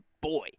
boy